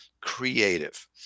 creative